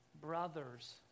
brother's